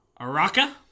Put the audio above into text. araka